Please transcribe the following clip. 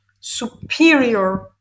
superior